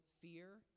fear